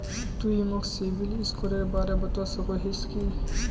तुई मोक सिबिल स्कोरेर बारे बतवा सकोहिस कि?